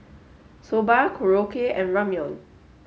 Soba Korokke and Ramyeon